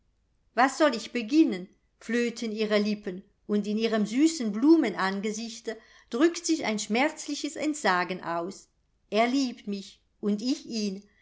was soll ich beginnen flöten ihre lippen und in ihrem süßen blumenangesichte drückt sich ein schmerzliches entsagen aus er liebt mich und ich ihn